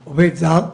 שני עובדים זרים,